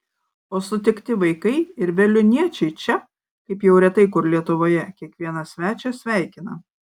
o sutikti vaikai ir veliuoniečiai čia kaip jau retai kur lietuvoje kiekvieną svečią sveikina